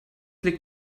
liegt